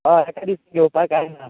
हय रिस्क घेवपाक कांय ना